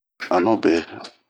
Anuu be.